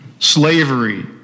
Slavery